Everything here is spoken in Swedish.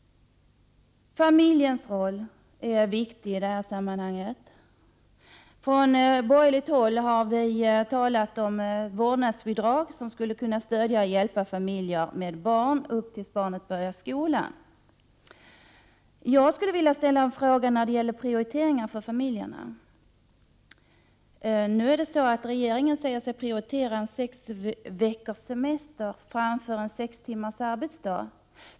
Familjens roll är viktig i detta sammanhang. Från borgerligt håll har vi talat om vårdnadsbidrag, som skulle kunna stödja och hjälpa familjer med barn tills barnet börjar skolan. Jag skulle vilja ställa en fråga när det gäller 2 prioriteringar för familjerna. Regeringen säger sig prioritera sex veckors semester framför sex timmars arbetsdag.